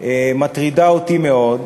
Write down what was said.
מטרידה אותי מאוד,